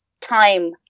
time